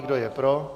Kdo je pro?